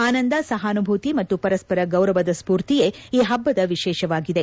ಆನಂದ ಸಹಾನುಭೂತಿ ಮತ್ತು ಪರಸ್ವರ ಗೌರವದ ಸ್ಫೂರ್ತಿಯೇ ಈ ಹಬ್ಬದ ವಿಶೇಷವಾಗಿದೆ